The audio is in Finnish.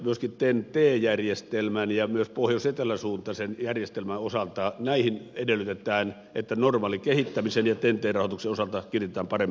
myöskin ten t järjestelmän rahoituksen ja pohjoisetelä suuntaisen järjestelmän normaalin kehittämisen osalta edellytetään että niihin kiinnitetään paremmin huomiota